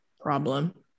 problem